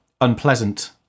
unpleasant